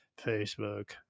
Facebook